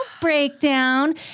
breakdown